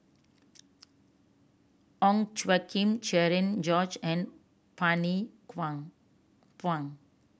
Ong Tjoe Kim Cherian George and Bani Buang